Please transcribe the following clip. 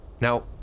Now